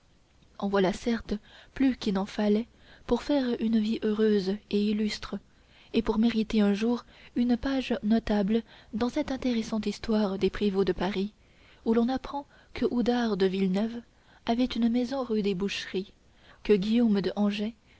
en voilà certes plus qu'il n'en fallait pour faire une vie heureuse et illustre et pour mériter un jour une page notable dans cette intéressante histoire des prévôts de paris où l'on apprend que oudard de villeneuve avait une maison rue des boucheries que guillaume de hangest